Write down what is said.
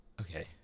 Okay